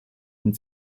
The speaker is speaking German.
von